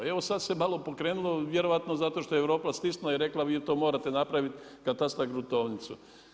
Evo sad se malo pokrenulo, vjerojatno zato što je Europa stisnula i rekla vi to morate napraviti katastar, gruntovnicu.